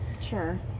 Sure